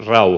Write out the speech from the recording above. ralli